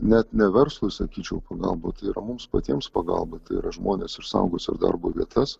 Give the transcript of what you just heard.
net ne verslui sakyčiau galbūt ir mums patiems pagalba ir žmonės išsaugos ir darbo vietas